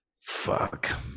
Fuck